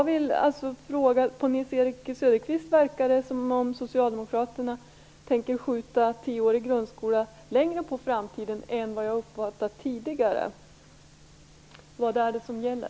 På Nils-Erik Söderqvist verkade det som om Socialdemokraterna tänker skjuta tioårig grundskola längre på framtiden än vad jag uppfattat tidigare. Vad är det som gäller?